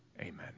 Amen